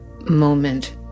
moment